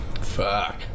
fuck